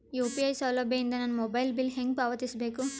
UPI ಸೌಲಭ್ಯ ಇಂದ ನನ್ನ ಮೊಬೈಲ್ ಬಿಲ್ ಹೆಂಗ್ ಪಾವತಿಸ ಬೇಕು?